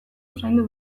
usaindu